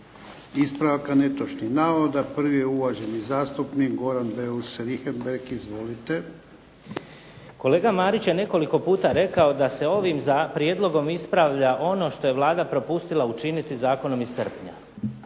ispravaka netočnih navoda. Prvi je uvaženi zastupnik Goran Beus Richembergh. Izvolite. **Beus Richembergh, Goran (HNS)** Kolega Marić je nekoliko puta rekao da se ovim prijedlogom ispravlja ono što je Vlada propustila učiniti zakonom iz srpnja.